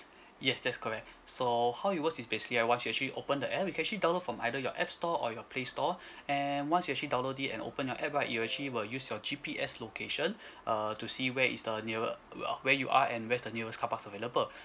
yes that's correct so how it works is basically ah once you actually open the app you can actually download from either your apps store or your play store and once you actually download it and open your app right it'll actually will use your G_P_S location uh to see where is the nearer err where you are and where's the nearest car parks available